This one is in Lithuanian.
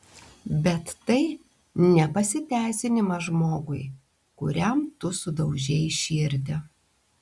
bet tai ne pasiteisinimas žmogui kuriam tu sudaužei širdį